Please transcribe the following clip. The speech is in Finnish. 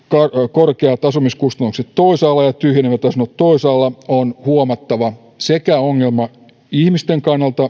korkeat asumiskustannukset toisaalla ja tyhjenevät asunnot toisaalla on sekä huomattava ongelma ihmisten kannalta